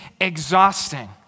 exhausting